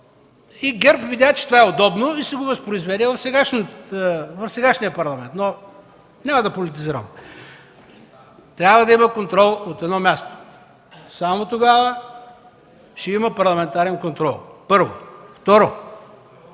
ГЕРБ видя, че това е удобно и си го възпроизведе в сегашния парламент. Няма да политизирам. Трябва да има контрол от едно място. Само тогава ще има парламентарен контрол, първо. Второ,